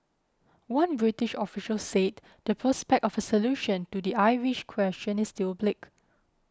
one British official said the prospect of a solution to the Irish question is still bleak